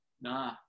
nah